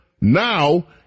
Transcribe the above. now